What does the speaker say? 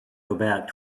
about